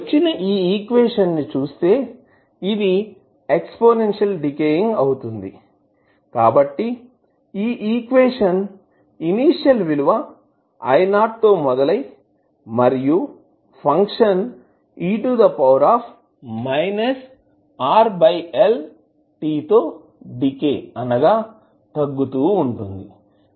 వచ్చిన ఈక్వేషన్ ని చూస్తే ఇది ఎక్స్పోనెన్షియల్ డీకేయింగ్ అవుతుంది కాబట్టిఈ ఈక్వేషన్ ఇనీషియల్ విలువ IO తో మొదలై మరియు ఫంక్షన్ తో డీకే అనగా తగ్గుతూ ఉంటుంది